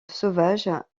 sauvage